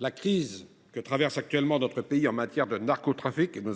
La crise que traverse actuellement notre pays en matière de narcotrafic, dont